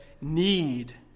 need